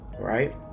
right